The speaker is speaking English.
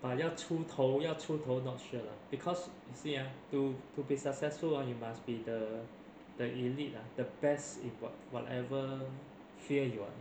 but 要出头要出头 not sure lah because you see ah to to be successful ah you must be the the elite ah the best in what whatever field you are in